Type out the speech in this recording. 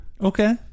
Okay